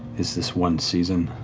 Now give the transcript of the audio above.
is this one season?